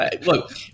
look